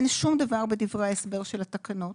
אחת, אין שום דבר בדברי ההסבר של התקנות,